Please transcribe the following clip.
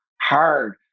hard